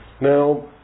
Now